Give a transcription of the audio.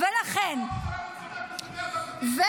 בואו נדבר על סוגיית הפליטים --- זה הבעיה.